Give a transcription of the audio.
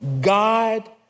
God